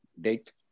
Date